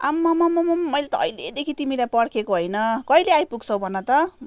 आम्मममम मैले त अहिलेदेखि तिमीलाई पर्खेको होइन कहिले आइपुग्छौ भन त